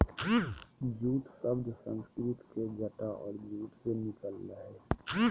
jute शब्द संस्कृत के जटा और जूट से निकल लय हें